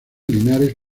linares